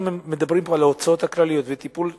אנחנו מדברים פה על ההוצאות הכלליות ועל טיפול שיניים,